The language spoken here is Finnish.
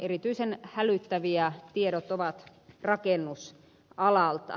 erityisen hälyttäviä tiedot ovat rakennusalalta